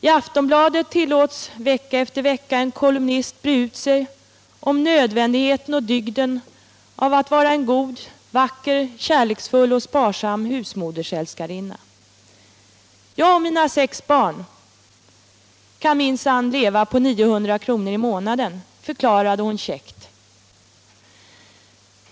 I Aftonbladet tillåts vecka efter vecka en kolumnist breda ut sig om nödvändigheten och dygden av att vara en god, vacker, kärleksfull och sparsam husmoder-älskarinna. Jag och mina sex barn kan minsann leva på 900 kr. i månaden, förklarade hon käckt.